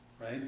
right